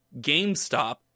GameStop